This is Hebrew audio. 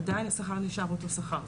עדיין השכר נשאר אותו שכר,